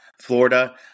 Florida